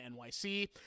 NYC